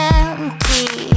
empty